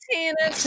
Tina